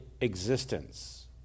existence